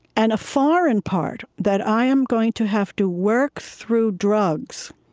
and a foreign part that i am going to have to work through drugs